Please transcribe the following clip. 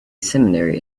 seminary